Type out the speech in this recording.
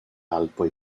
alpoj